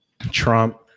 Trump